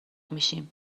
میشیم